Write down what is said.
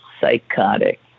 psychotic